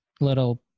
little